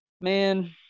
man